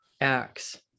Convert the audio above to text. acts